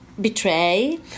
betray